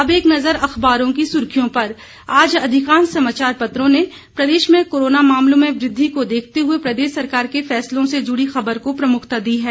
अब एक नजर अखबारों की सुर्खियों पर आज अधिकांश समाचार पत्रों ने प्रदेश में कोरोना मामलों में वृद्धि को देखते हुए प्रदेश सरकार के फैसलों से जुड़ी ख़बर को प्रमुखता दी है